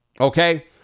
Okay